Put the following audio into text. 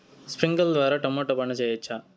స్ప్రింక్లర్లు ద్వారా టమోటా పంట చేయవచ్చా?